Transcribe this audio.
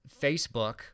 Facebook